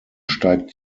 steigt